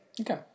okay